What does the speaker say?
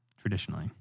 traditionally